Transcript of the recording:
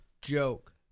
joke